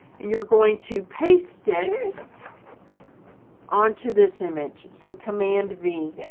and you're going to paste it onto this image so command v,